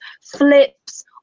flips